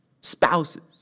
spouses